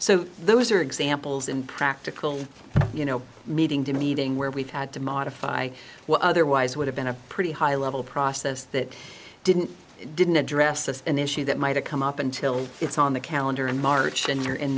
so those are examples impractical you know meeting to meeting where we've had to modify what otherwise would have been a pretty high level process that didn't didn't address an issue that might to come up until it's on the calendar in march and here in